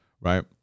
right